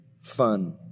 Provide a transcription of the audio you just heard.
fun